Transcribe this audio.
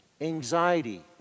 anxiety